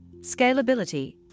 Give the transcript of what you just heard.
scalability